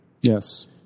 Yes